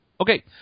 Okay